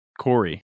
Corey